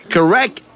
Correct